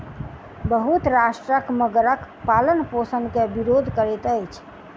बहुत राष्ट्र मगरक पालनपोषण के विरोध करैत अछि